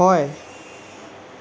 হয়